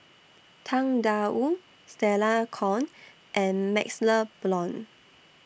Tang DA Wu Stella Kon and MaxLe Blond